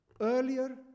earlier